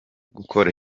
gukora